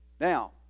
Now